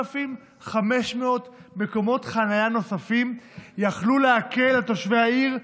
3,500 מקומות חניה נוספים יכלו להקל על תושבי העיר,